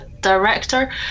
director